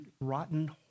rotten